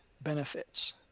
benefits